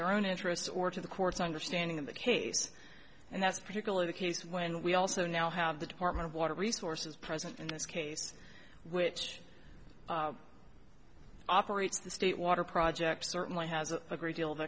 their own interests or to the courts understanding of the case and that's particularly the case when we also now have the department of water resources present in this case which operates the state water project certainly has a great deal of